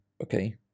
okay